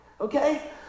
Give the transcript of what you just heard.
Okay